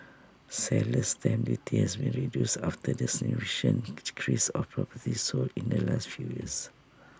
seller's stamp duty has been reduced after the significant decrease of properties sold in the last few years